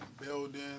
building